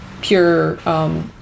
pure